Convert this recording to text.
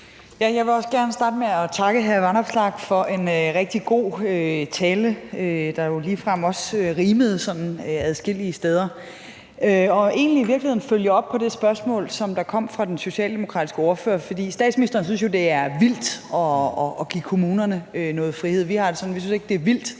Jeg vil også gerne starte med at takke hr. Alex Vanopslagh for en rigtig god tale, der jo ligefrem også rimede adskillige steder, og egentlig i virkeligheden følge op på det spørgsmål, som der kom fra den socialdemokratiske ordfører. Statsministeren synes jo, det er vildt at give kommunerne noget frihed. Vi har det sådan,